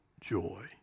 joy